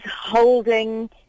holding